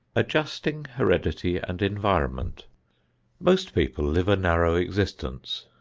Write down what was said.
adjusting heredity and environment most people live a narrow existence.